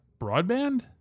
broadband